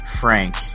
Frank